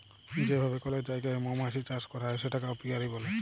যে ভাবে কল জায়গায় মমাছির চাষ ক্যরা হ্যয় সেটাকে অপিয়ারী ব্যলে